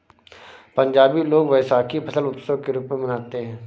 पंजाबी लोग वैशाखी फसल उत्सव के रूप में मनाते हैं